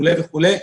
וכולי וכולי,